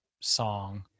song